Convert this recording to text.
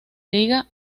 liga